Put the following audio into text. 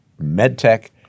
MedTech